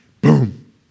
boom